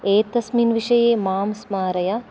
एतस्मिन् विषये मां स्मारय